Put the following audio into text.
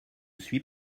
suis